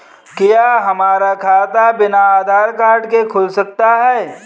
क्या हमारा खाता बिना आधार कार्ड के खुल सकता है?